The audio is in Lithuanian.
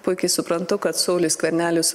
puikiai suprantu kad sauliui skverneliui su